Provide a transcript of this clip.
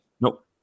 Nope